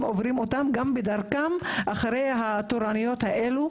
עוברים גם בדרכם אחרי התורנויות האלה,